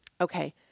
Okay